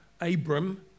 Abram